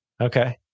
Okay